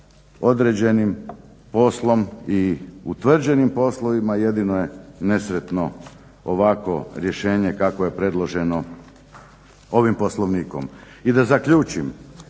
određenim poslom i utvrđenim poslovima. Jedino je nesretno ovakvo rješenje kakvo je predloženo ovim Poslovnikom. I da zaključim,